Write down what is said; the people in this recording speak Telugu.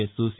S C